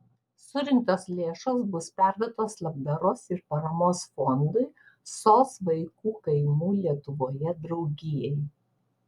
surinktos lėšos bus perduotos labdaros ir paramos fondui sos vaikų kaimų lietuvoje draugijai